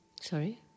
Sorry